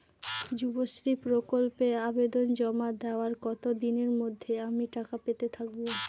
যুবশ্রী প্রকল্পে আবেদন জমা দেওয়ার কতদিনের মধ্যে আমি টাকা পেতে থাকব?